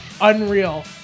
unreal